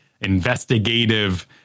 investigative